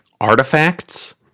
artifacts